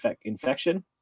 infection